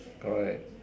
correct